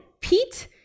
Pete